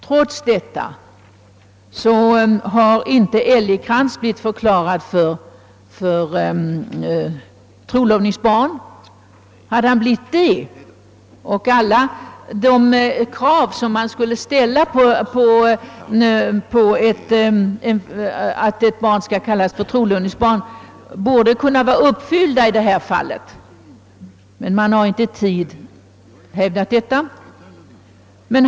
Trots detta har Älgekrans inte blivit förklarad för trolovningsbarn. Alla krav som kan ställas vid åberopandet av att ett barn skall förklaras vara trolovningsbarn borde kunna anses vara uppfyllda i detta fall, men man har inte i tid hävdat detta.